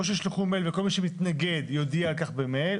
או שישלחו מייל וכל מי שמתנגד יודיע על כך במייל,